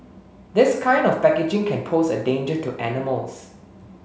this kind of packaging can pose a danger to animals